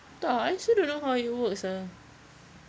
tak I actually don't know how it works ah